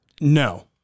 No